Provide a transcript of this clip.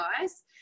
guys